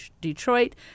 Detroit